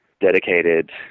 Dedicated